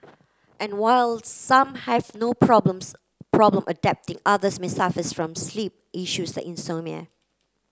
and while some have no problems problem adapting others may suffers from sleep issues like insomnia